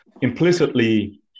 implicitly